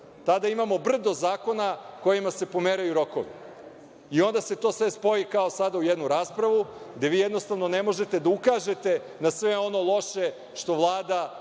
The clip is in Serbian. Tada imamo brdo zakona kojima se pomeraju rokovi. Onda se to sve spoji kao sada u jednu raspravu, gde vi jednostavno ne možete da ukažete na sve ono loše što Vlada